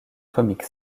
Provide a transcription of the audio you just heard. comic